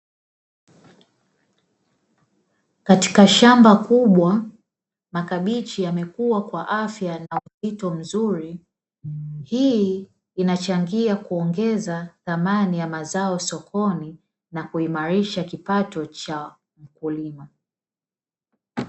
Katika shamba kubwa makabichi yamekua kwa afya na mvuto mzuri, hii inachangia kuongeza thamani ya mazao sokoni na kuimarisha kipato cha wakulima.